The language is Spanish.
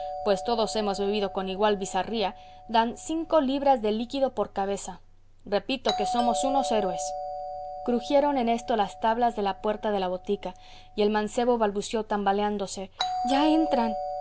pues todos hemos bebido con igual bizarría dan cinco libras de líquido por cabeza repito que somos unos héroes crujieron en esto las tablas de la puerta de la botica y el mancebo balbuceó tambaleándose ya entran